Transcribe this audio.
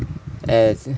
eh